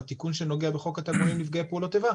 בתיקון שנוגע בחוק התגמולים לנפגעי פעולות איבה,